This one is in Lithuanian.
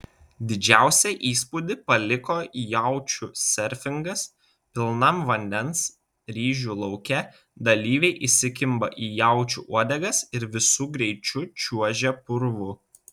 didžiausią įspūdį paliko jaučių serfingas pilnam vandens ryžių lauke dalyviai įsikimba į jaučių uodegas ir visu greičiu čiuožia purvu